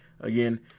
again